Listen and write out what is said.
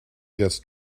gets